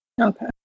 Okay